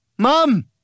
mom